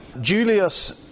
Julius